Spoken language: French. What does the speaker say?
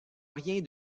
rien